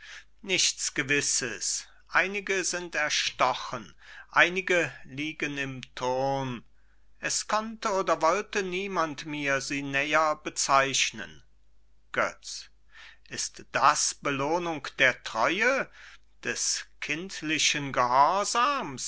nichts gewisses einige sind erstochen einige liegen im turn es konnte oder wollte niemand mir sie näher bezeichnen götz ist das belohnung der treue des kindlichen